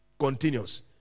continues